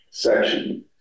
Section